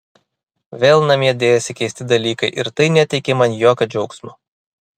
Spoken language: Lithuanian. vėl namie dėjosi keisti dalykai ir tai neteikė man jokio džiaugsmo